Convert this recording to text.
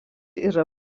yra